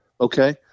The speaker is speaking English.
Okay